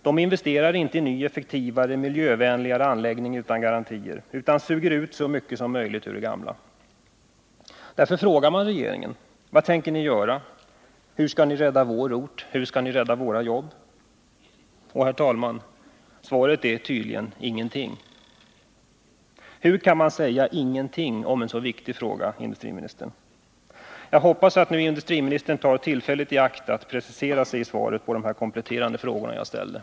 De investerar inte i nya, effektivare och miljövänligare anläggningar utan garantier. De suger ut så mycket som möjligt ur de gamla anläggningarna. Därför frågar man regeringen: Vad tänker den göra? Hur skall regeringen rädda vår ort och våra jobb? Herr talman! Svaret är tydligen: Ingenting. Hur kan man säga ”ingenting” i en så viktig fråga, herr industriminister? Jag hoppas att industriministern tar tillfället i akt och preciserar sig i svaret på de kompletterande frågor som jag har ställt.